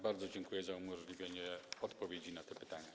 Bardzo dziękuję za umożliwienie odpowiedzi na te pytania.